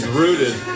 rooted